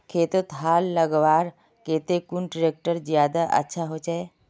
खेतोत हाल लगवार केते कुन ट्रैक्टर ज्यादा अच्छा होचए?